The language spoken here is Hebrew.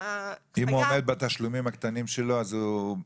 אם הוא עומד בתשלומים הקטנים שלו אז הוא בסדר?